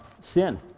sin